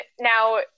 now